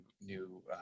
new